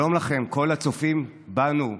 שלום לכם, כל הצופים בנו היום,